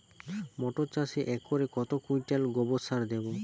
মটর চাষে একরে কত কুইন্টাল গোবরসার দেবো?